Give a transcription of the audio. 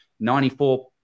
94